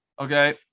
Okay